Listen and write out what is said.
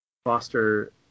foster